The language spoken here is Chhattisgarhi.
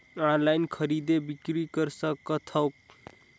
ऑनलाइन खरीदी बिक्री कर सकथव?